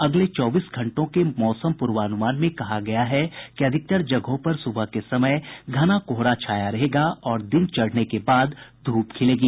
अगले चौबीस घंटों के मौसम पूर्वानुमान में कहा गया है कि अधिकतर जगहों पर सुबह के समय घना कोहरा छाया रहेगा और दिन चढ़ने के बाद धूप खिलेगी